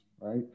right